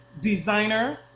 Designer